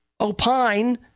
opine